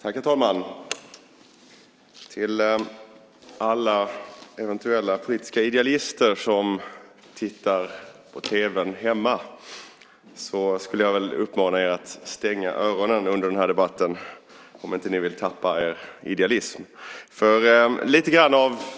Herr talman! Jag skulle vilja uppmana alla eventuella politiska idealister som tittar på tv:n hemma att stänga öronen under den här debatten, om ni inte vill tappa er idealism.